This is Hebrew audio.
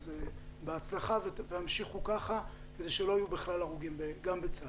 אז בהצלחה והמשיכו ככה כדי שלא יהיו בכלל הרוגים בדרכים גם בצה"ל.